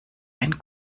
ein